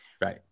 Right